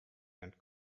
and